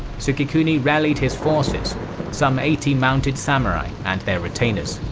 sukekuni rallied his forces some eighty mounted samurai and their retainers.